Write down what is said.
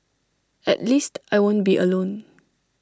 at least I won't be alone